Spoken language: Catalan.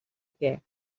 què